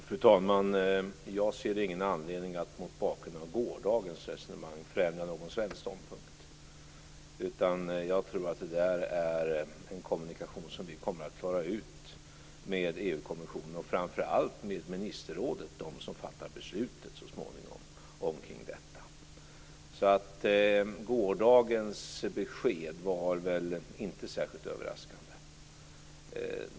Fru talman! Jag ser ingen anledning att mot bakgrund av gårdagens resonemang förändra någon svensk ståndpunkt. Den kommunikationen kommer vi att klara av med EU-kommissionen och framför allt med ministerrådet, som fattar beslutet om detta så småningom. Gårdagens besked var inte särskilt överraskande.